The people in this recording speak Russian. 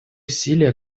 усилия